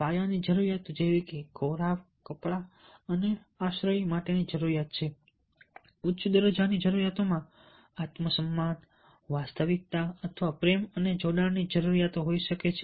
પાયા ની જરૂરિયાતો ખોરાક કપડા અને આશ્રય માટેની જરૂરિયાતો છે ઉચ્ચ દરર્જો ની જરૂરિયાતો આત્મસન્માન વાસ્તવિકતા અથવા પ્રેમ અને જોડાણની જરૂરિયાતો હોઈ શકે છે